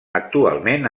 actualment